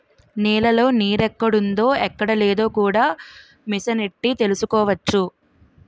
నేలలో నీరెక్కడుందో ఎక్కడలేదో కూడా మిసనెట్టి తెలుసుకోవచ్చు